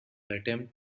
attempt